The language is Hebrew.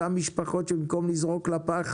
אותם משפחות שבמקום לזרוק לפח